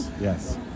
Yes